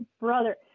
brother